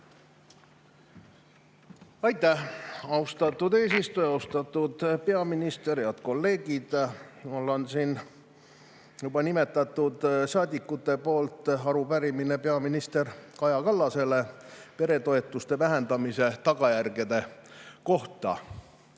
Aitäh, austatud eesistuja! Austatud peaminister! Head kolleegid! Mul on siin juba nimetatud saadikute arupärimine peaminister Kaja Kallasele peretoetuste vähendamise tagajärgede kohta. Eesti